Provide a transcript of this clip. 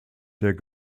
der